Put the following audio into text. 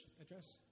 address